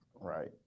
right